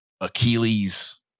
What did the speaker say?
Achilles